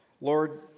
Lord